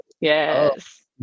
Yes